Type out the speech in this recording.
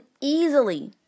easily